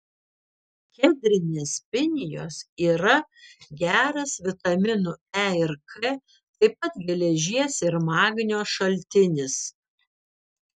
kedrinės pinijos yra geras vitaminų e ir k taip pat geležies ir magnio šaltinis